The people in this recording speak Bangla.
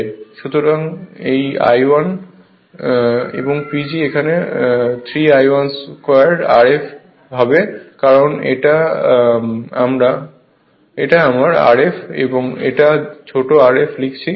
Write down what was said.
তাই এটি I1 সুতরাং PG হবে 3 I1 2 Rf কারণ এটা আমার Rf এখানে এটা ছোট Rf লিখেছি